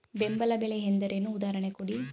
ಬೆಂಬಲ ಬೆಲೆ ಎಂದರೇನು, ಉದಾಹರಣೆ ಕೊಡಿ?